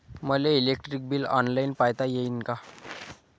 मले electric bill online पायता येईन का?